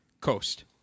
Coast